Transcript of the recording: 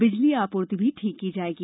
बिजली आपूर्ति भी ठीक की जाएगी